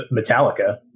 Metallica